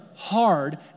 Hard